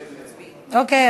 אוקיי.